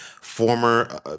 former